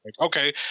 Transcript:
Okay